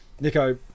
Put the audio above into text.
Nico